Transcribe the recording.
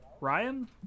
Ryan